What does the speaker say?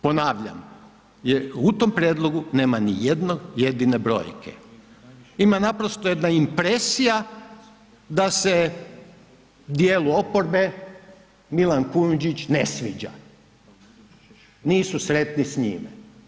Ponavljam, u tom prijedlogu nema nijednog jedine brojke, ima naprosto jedna impresija da se djelu oporbe Milan Kujundžić ne sviđa, nisu sretni s njime.